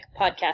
podcast